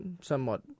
somewhat